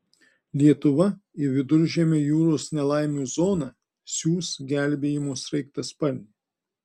lietuva į viduržemio jūros nelaimių zoną siųs gelbėjimo sraigtasparnį